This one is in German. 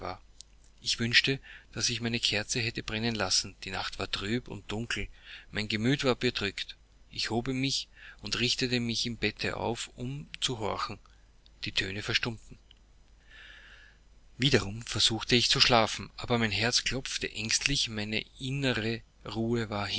ich wünschte daß ich meine kerze hätte brennen lassen die nacht war trübe und dunkel mein gemüt war bedrückt ich erhob mich und richtete mich im bette auf um zu horchen die töne verstummten wiederum versuchte ich zu schlafen aber mein herz klopfte ängstlich meine innere ruhe war